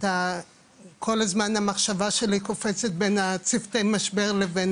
כל הזמן המחשבה שלי קופצת בין צוותי המשבר לבין